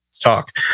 Talk